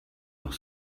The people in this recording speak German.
noch